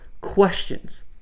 questions